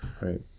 Right